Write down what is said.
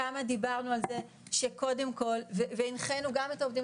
שם דיברנו על זה שקודם כל והנחינו גם את העובדים